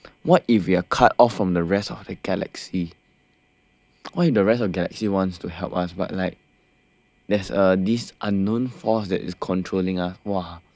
what if we are cut off from the rest of the galaxy what if the rest of the galaxy wants to help us but like there's uh this unknown force that is controlling us !wah!